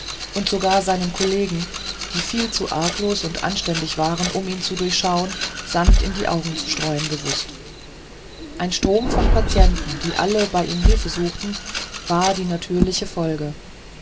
und sogar seinen kollegen die viel zu arglos und anständig waren um ihn zu durchschauen sand in die augen zu streuen gewußt ein strom von patienten die alle bei ihm hilfe suchten war die natürliche folge